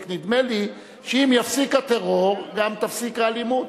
רק נדמה לי שאם ייפסק הטרור גם תיפסק האלימות.